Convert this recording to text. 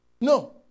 No